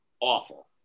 awful